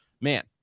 man